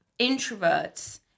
introverts